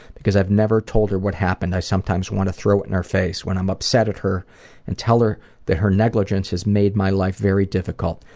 because i've never told her what happened, i sometimes want to throw it in her face when i'm upset at her and tell her that her negligence has made my life very difficult.